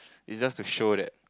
is just to show that